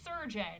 surgeon